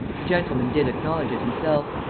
the gentleman did acknowledge it himself.